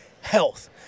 health